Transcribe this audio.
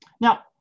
Now